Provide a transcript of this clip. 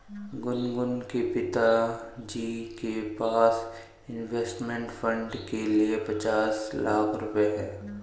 गुनगुन के पिताजी के पास इंवेस्टमेंट फ़ंड के लिए पचास लाख रुपए है